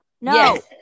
No